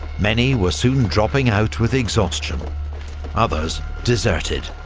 many were soon dropping out with exhaustion others deserted.